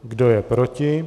Kdo je proti?